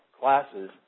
classes